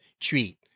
treat